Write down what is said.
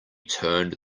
turned